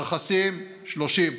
ברכסים, 30,